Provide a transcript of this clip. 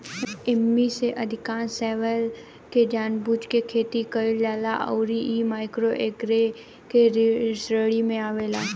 एईमे से अधिकांश शैवाल के जानबूझ के खेती कईल जाला अउरी इ माइक्रोएल्गे के श्रेणी में आवेला